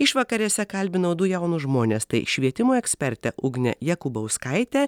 išvakarėse kalbinau du jaunus žmones tai švietimo ekspertė ugnė jakubauskaitė